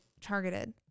targeted